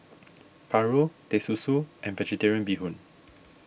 Paru Teh Susu and Vegetarian Bee Hoon